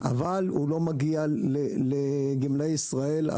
אבל הוא לא מגיע לגמלאי ישראל.